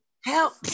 help